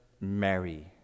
Mary